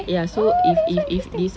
oh that is so interesting